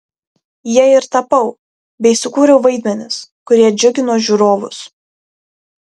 ja ir tapau bei sukūriau vaidmenis kurie džiugino žiūrovus